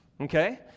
Okay